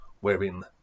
wherein